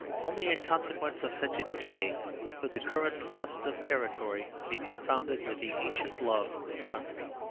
only in consequence of such a decay could the current lust of territory be confounded with the ancient love of country.